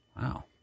Wow